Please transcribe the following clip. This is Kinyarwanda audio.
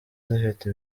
zifite